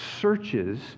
searches